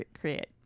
create